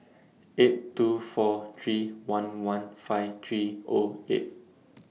eight two four three one one five three Zero eight